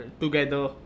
together